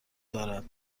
دارد